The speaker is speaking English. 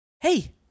Hey